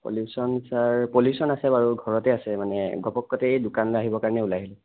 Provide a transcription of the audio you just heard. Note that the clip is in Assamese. পলিউচন চাৰ পলিউচন আছে বাৰু ঘৰতে আছে মানে ঘপহকতে এই দোকানলে আহিব কাৰণে ওলাই আহিলোঁ